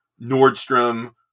Nordstrom